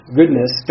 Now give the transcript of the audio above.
goodness